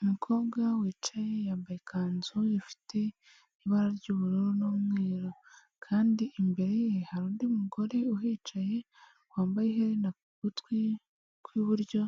Umukobwa wicaye yambaye ikanzu ifite ibara ry'ubururu n'umweru kandi imbere ye hari undi mugore uhicaye, wambaye iherena ku gutwi kw'iburyo